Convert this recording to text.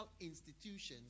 institutions